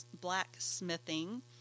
blacksmithing